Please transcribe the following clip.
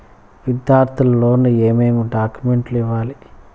విద్యార్థులు లోను ఏమేమి డాక్యుమెంట్లు ఇవ్వాలి?